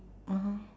(uh huh)